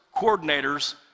coordinators